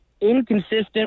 inconsistent